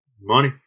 Money